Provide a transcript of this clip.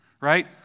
right